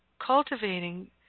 cultivating